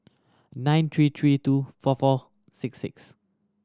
nine three three two four four six six